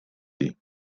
city